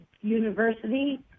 University